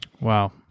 Wow